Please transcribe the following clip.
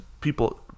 people